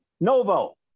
Novo